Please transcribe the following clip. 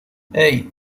hey